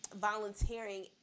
volunteering